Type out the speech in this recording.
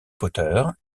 potter